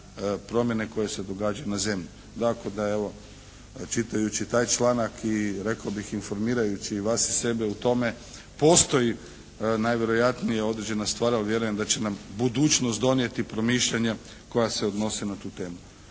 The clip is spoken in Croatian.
promjene koje se događaju na zemlji. Dakako da evo čitajući taj članak i rekao bih informirajući vas i sebe u tome postoji najvjerojatnije određena stvar ali vjerujem da će nam budućnost donijeti promišljanja koja se odnose na tu temu.